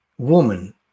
woman